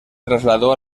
trasladó